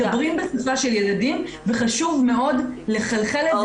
מדברים בשפה של ילדים וחשוב מאוד לחלחל את זה